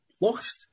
lost